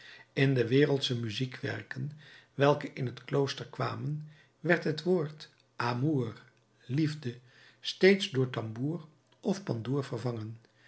in de wereldsche muziekwerken welke in het klooster kwamen werd het woord amour liefde steeds door tambour of pandour vervangen